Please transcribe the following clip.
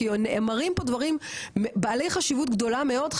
כי נאמרים פה דברים בעלי חשיבות גדולה מאוד,